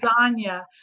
lasagna